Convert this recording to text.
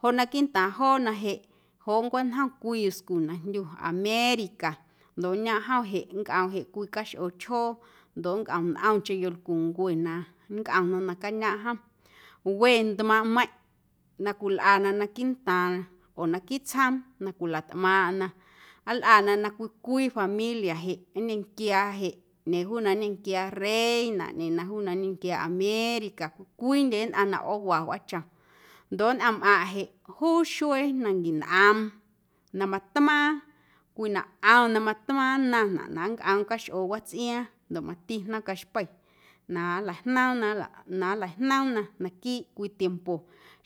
Joꞌ naquiiꞌntaaⁿ joona jeꞌ joꞌ nncwañjom cwii yuscu na jndyu américa ndoꞌ ñoomꞌ jom jeꞌ nncꞌoom cwii caxꞌoochjoo ndoꞌ nncꞌom ntꞌomcheⁿ yolcuncue na nncꞌomna nacañoomꞌ jom we ntmaaⁿꞌmeiⁿꞌ na cwilꞌana naquiiꞌ ntaaⁿna oo naquiiꞌ tsjoom na cwilatꞌmaaⁿꞌna nlꞌana na cwii cwii familia jeꞌ nñenquiaa jeꞌ ꞌñeeⁿ juu na nñenquiaa reina ꞌñeeⁿ juuna na nñequiaa américa cwii cwiindye nnꞌaⁿ na ꞌoowa wꞌaachom ndoꞌ nnꞌaⁿmꞌaⁿꞌ jeꞌ juu xuee na nquinꞌoom na matmaaⁿ cwii na ꞌom na matmaaⁿ nnaⁿnaꞌ na nncꞌoom caxꞌoo watsꞌiaaⁿ ndoꞌ mati jnoom caxpei na nlajnoomna na nlajoomna naquiiꞌ cwii tiempo